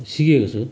सिकेको छु